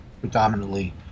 Predominantly